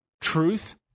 truth